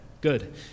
good